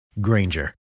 Granger